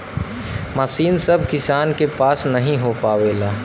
मसीन सभ किसान के पास नही हो पावेला